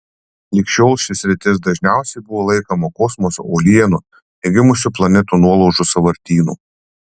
lig šiol ši sritis dažniausiai buvo laikoma kosmoso uolienų negimusių planetų nuolaužų sąvartynu